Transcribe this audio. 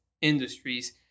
industries